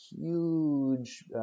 huge